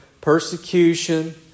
persecution